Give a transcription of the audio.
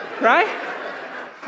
right